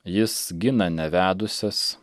jis gina nevedusias